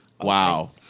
Wow